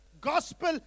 Gospel